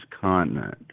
continent